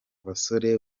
basore